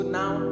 now